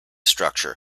structure